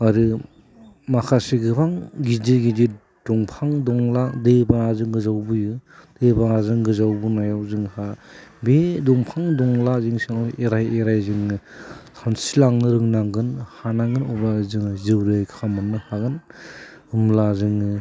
आरो माखासे गोबां गिदिर गिदिर दंफां दंला दैबानाजों गोजावबोयो दैबानायाव गोजावाबोनायाव जोंहा बे दंफां दंला जोंनि सायाव एराय एराय जोङो सानस्रिलांनो रोंनांगोन हानांगोन अब्ला जों जिउ रैखा मोननो हागोन होमब्ला जोङो